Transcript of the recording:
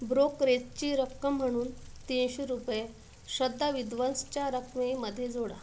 ब्रोकरेजची रक्कम म्हणून तीनशे रुपये श्रद्धा विद्वंसच्या रकमेमध्ये जोडा